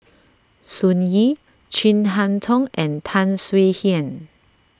Sun Yee Chin Harn Tong and Tan Swie Hian